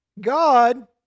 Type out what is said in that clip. God